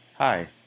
Hi